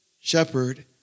shepherd